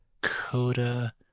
Coda